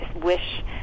wish